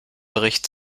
bericht